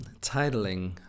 titling